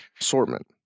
assortment